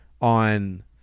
on